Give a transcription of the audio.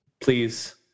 please